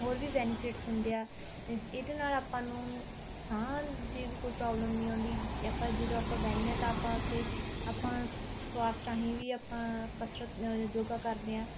ਹੋਰ ਵੀ ਬੈਨੀਫਿਟਸ ਹੁੰਦੇ ਆ ਇਚ ਇਹਦੇ ਨਾਲ ਆਪਾਂ ਨੂੰ ਸਾਹ ਦੀ ਵੀ ਕੋਈ ਪ੍ਰੋਬਲਮ ਨਹੀਂ ਆਉਂਦੀ ਆਪਾਂ ਜਦੋਂ ਆਪਾਂ ਬਹਿਨੇ ਹਾਂ ਤਾਂ ਆਪਾਂ ਉੱਥੇ ਆਪਾਂ ਸੁਆਸ ਰਾਹੀਂ ਵੀ ਆਪਾਂ ਕਸਰਤ ਯੋਗਾ ਕਰਦੇ ਹਾਂ